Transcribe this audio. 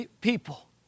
people